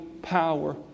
Power